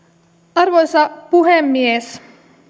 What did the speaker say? arvoisa puhemies